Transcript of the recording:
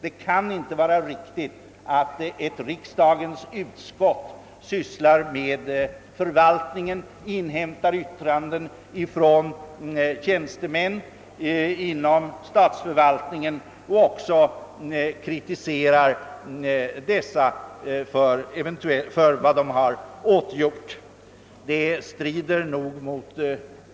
Det kan inte vara riktigt att ett riksdagens utskott sysslar med förvaltningen, inhämtar yttranden från tjänstemän inom statsförvaltningen och även kritiserar dessa för vad de åtgjort. Det torde strida mot